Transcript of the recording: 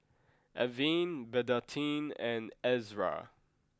Avene Betadine and Ezerra